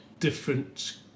different